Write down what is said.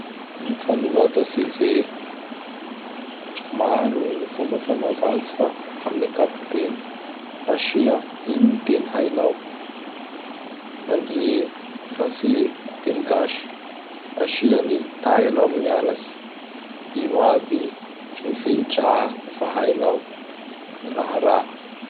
Ny fanorata CV! Maro gny fanaova azy fa amin'ankapobeny, asia: ino ny teny hainao(Anglais, Français, Teny Gasy), asia ny taia anao gn nianatsy, ino aby gny fehidraha fa hainao, gny raharaha.